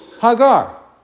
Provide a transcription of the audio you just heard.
Hagar